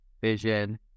vision